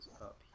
up